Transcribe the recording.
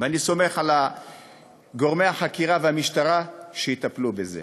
ואני סומך על גורמי החקירה והמשטרה שיטפלו בזה.